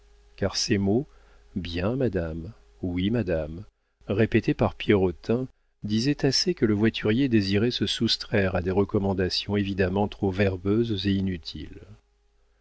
car ces mots bien madame oui madame répétés par pierrotin disaient assez que le voiturier désirait se soustraire à des recommandations évidemment trop verbeuses et inutiles